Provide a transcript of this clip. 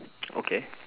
okay